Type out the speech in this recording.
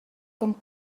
com